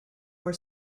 were